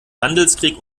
handelskrieg